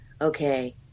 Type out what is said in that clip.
okay